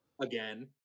again